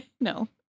no